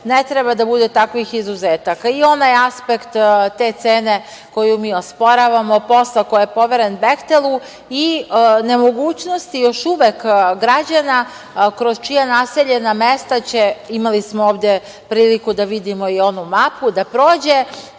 ne treba da bude takvih izuzetaka i onaj aspekt te cene koju mi osporavamo, posla koja je poveren „Behtelu“ i nemogućnosti još uvek građana kroz čija naseljena mesta će, imali smo ovde priliku da vidimo i onu mapu, da prođe